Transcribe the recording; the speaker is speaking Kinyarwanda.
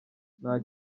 nta